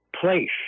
place